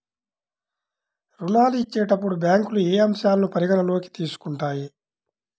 ఋణాలు ఇచ్చేటప్పుడు బ్యాంకులు ఏ అంశాలను పరిగణలోకి తీసుకుంటాయి?